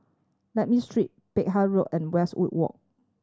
Lakme Street Peck Hay Road and Westwood Walk